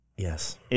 Yes